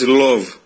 love